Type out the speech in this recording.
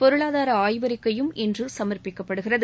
பொருளாதார ஆய்வறிக்கையும் இன்று சமர்ப்பிக்கப்படுகிறது